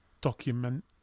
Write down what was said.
document